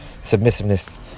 submissiveness